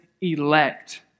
elect